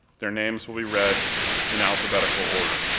their names will be read in alphabetical order.